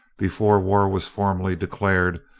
before war was formally declared,